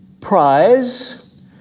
prize